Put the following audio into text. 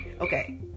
okay